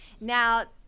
Now